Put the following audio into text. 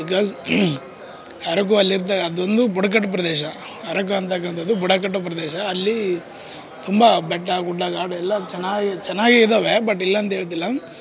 because Araku ಅಲ್ಲಿರ್ತ ಅದೊಂದು ಬುಡಕಟ್ಟು ಪ್ರದೇಶ ಅರಕು ಅಂತಕಂಥದ್ದು ಬುಡಕಟ್ಟು ಪ್ರದೇಶ ಅಲ್ಲೀ ತುಂಬ ಬೆಟ್ಟ ಗುಡ್ಡಗಾಡು ಎಲ್ಲ ಚೆನ್ನಾಗಿ ಚೆನ್ನಾಗಿ ಇದಾವೆ ಬಟ್ ಇಲ್ಲಂತೇಳ್ತಿಲ್ಲ